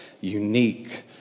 unique